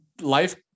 life